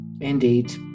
indeed